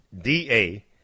D-A